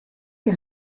che